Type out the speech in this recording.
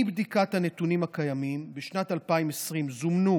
מבדיקת הנתונים הקיימים, בשנת 2020 זומנו